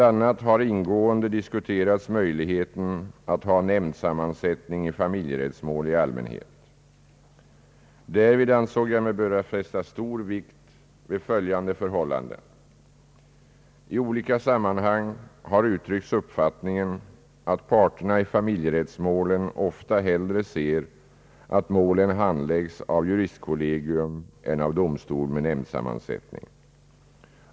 a. har ingående diskuterats möjligheten att ha nämndsammansättning i familjerättsmål i allmänhet. Därvid ansåg jag mig böra fästa stor vikt vid följande förhållanden. I olika sammanhang har uttryckts uppfattningen att parterna i familjerättsmålen ofta hellre ser att målen handläggs av juristkollegium än av domstol med nämndsammansättning.